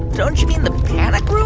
don't you mean the panic room?